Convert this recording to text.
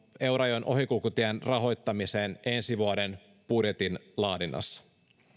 eurajoen ohikulkutien rahoittamisen ensi vuoden budjetin laadinnassa